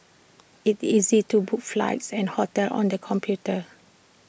IT is easy to book flights and hotels on the computer